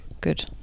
Good